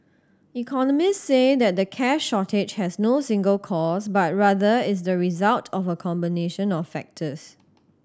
economists say that the cash shortage has no single cause but rather is the result of a combination of factors